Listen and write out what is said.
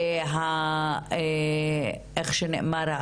ואיך שנאמר,